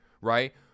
right